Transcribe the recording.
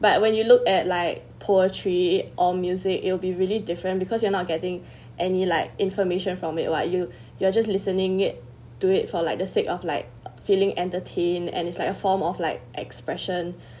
but when you look at like poetry or music it'll be really different because you are not getting any like information from it what you you are just listening it do it for like the sake of like feeling entertained and it's like a form of like expression